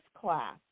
class